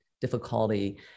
difficulty